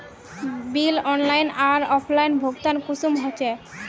Bill online आर offline भुगतान कुंसम होचे?